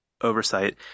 oversight